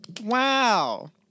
wow